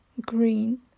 green